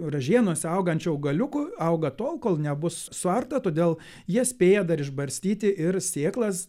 ražienose augančių augaliukų auga tol kol nebus suarta todėl jie spėja dar išbarstyti ir sėklas